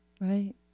Right